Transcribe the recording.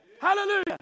Hallelujah